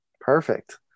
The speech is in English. Perfect